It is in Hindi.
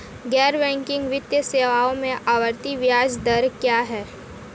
गैर बैंकिंग वित्तीय सेवाओं में आवर्ती ब्याज दर क्या है?